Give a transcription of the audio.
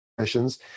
missions